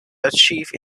achieve